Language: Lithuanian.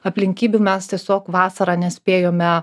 aplinkybių mes tiesiog vasarą nespėjome